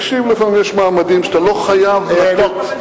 לפעמים יש מעמדים שלא חייבים לחרוק.